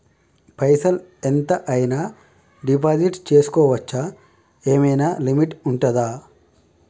పైసల్ ఎంత అయినా డిపాజిట్ చేస్కోవచ్చా? ఏమైనా లిమిట్ ఉంటదా?